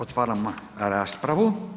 Otvaram raspravu.